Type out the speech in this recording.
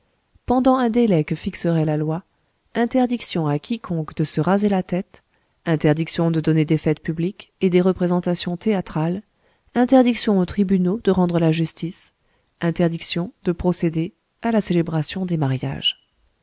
pendant un délai que fixerait la loi interdiction à quiconque de se raser la tête interdiction de donner des fêtes publiques et des représentations théâtrales interdiction aux tribunaux de rendre la justice interdiction de procéder à la célébration des mariages